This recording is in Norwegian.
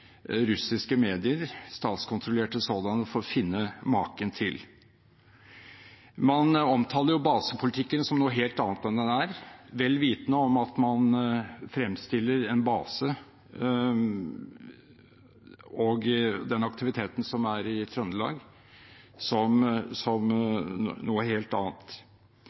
russiske medier, statskontrollerte sådanne, for å finne maken til. Man omtaler basepolitikken som noe helt annet enn den er, vel vitende om at man fremstiller en base og den aktiviteten som er i Trøndelag, som noe helt annet.